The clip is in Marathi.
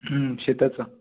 शेताचं